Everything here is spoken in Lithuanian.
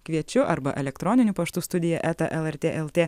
kviečiu arba elektroniniu paštu studija eta lrt lt